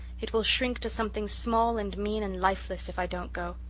it will shrink to something small and mean and lifeless if i don't go.